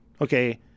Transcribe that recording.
Okay